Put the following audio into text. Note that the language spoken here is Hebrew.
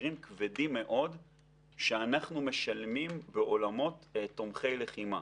מחירים כבדים מאוד שאנחנו משלמים בעולמות תומכי לחימה.